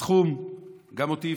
הסכום הפחיד גם אותי,